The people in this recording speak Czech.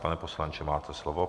Pane poslanče, máte slovo.